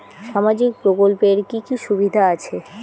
সামাজিক প্রকল্পের কি কি সুবিধা আছে?